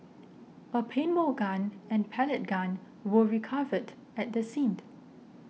a paintball gun and pellet gun were recovered at the scene